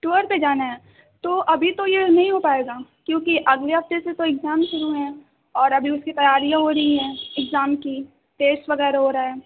tour پر جانا ہے تو ابھی تو یہ نہیں ہو پائے گا کیوں کہ اگلے ہفتے سے تو اگزام شروع ہیں اور ابھی اُس کی تیاریاں ہو رہی ہیں اگزام کی ٹیسٹ وغیرہ ہو رہا ہے